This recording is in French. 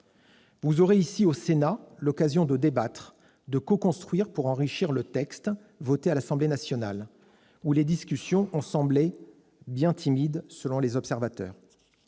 Vous aurez ici, au Sénat, l'occasion de débattre, de coconstruire pour enrichir le texte voté à l'Assemblée nationale, où les discussions ont semblé bien timides aux observateurs.